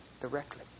directly